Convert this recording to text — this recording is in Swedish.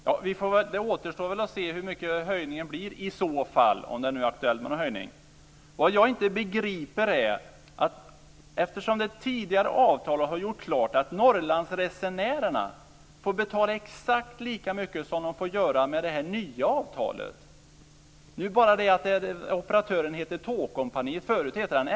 Fru talman! Det återstår väl att se hur mycket höjningen blir i så fall, om det nu är aktuellt med någon höjning. Det tidigare avtalet har gjort klart att Norrlandsresenärerna får betala exakt lika mycket som de får göra med det nya avtalet. Det är bara det att operatören heter Tågkompaniet, och förut hette den SJ.